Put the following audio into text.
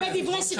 דברי סיכום